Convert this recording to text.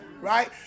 right